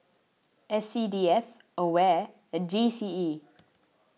S C D F Aware and G C E